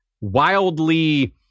wildly